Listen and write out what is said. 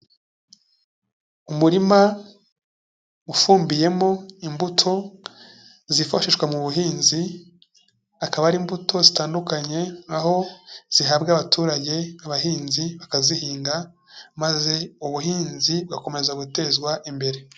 Umurima ufumbiyemo imbuto zifashishwa mu buhinzi, akaba ari imbuto zitandukanye, aho zihabwa abaturage abahinzi bakazihinga maze ubuhinzi bugakomeza gutezwa imbere.